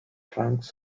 trunks